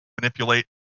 manipulate